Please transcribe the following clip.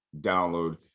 download